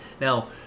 Now